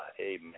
Amen